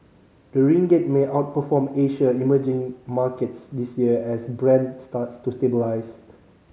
the ringgit may outperform Asia emerging markets this year as Brent starts to stabilise